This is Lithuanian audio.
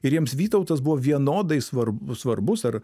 ir jiems vytautas buvo vienodai svarb svarbus ar